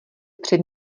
před